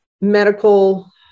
medical